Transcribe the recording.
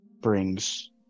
brings